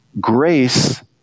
grace